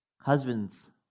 Husbands